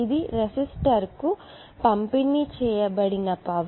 ఇది రెసిస్టర్కు పంపిణీ చేయబడిన పవర్ V2R